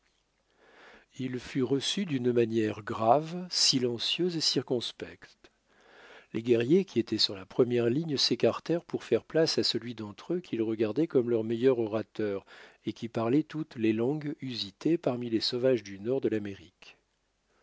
il fut reçu d'une manière grave silencieuse et circonspecte les guerriers qui étaient sur la première ligne s'écartèrent pour faire place à celui d'entre eux qu'ils regardaient comme leur meilleur orateur et qui parlait toutes les langues usitées parmi les sauvages du nord de l'amérique